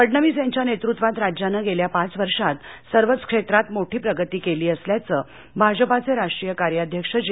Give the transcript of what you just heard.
फडणवीस यांच्या नेतृत्वात राज्यानं गेल्या पाच वर्षात सर्वच क्षेत्रात मोठी प्रगती केली असल्याचं भाजपाचे राष्ट्रीय कार्याध्यक्ष जे